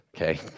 okay